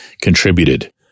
contributed